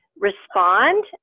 Respond